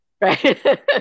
Right